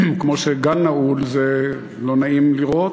כמו שגן נעול לא נעים לראות,